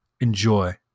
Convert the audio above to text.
enjoy